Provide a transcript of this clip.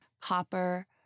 copper